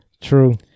true